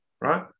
right